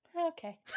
Okay